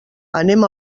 anem